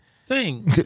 Sing